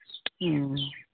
ᱦᱮᱸ